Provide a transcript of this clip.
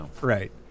Right